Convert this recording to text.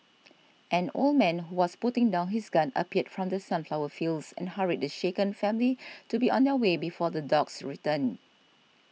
an old man who was putting down his gun appeared from the sunflower fields and hurried the shaken family to be on their way before the dogs return